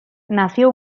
nació